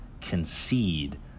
concede